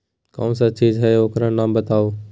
कौन सा चीज है ओकर नाम बताऊ?